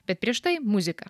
bet prieš tai muzika